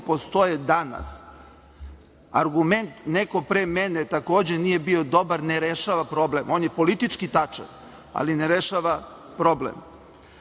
postoje danas. Argument nekog pre mene takođe nije bio dobar, ne rešava problem. On je politički tačan, ali ne rešava problem.U